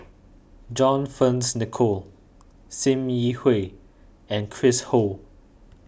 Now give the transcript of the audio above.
John Fearns Nicoll Sim Yi Hui and Chris Ho